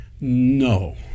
No